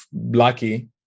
lucky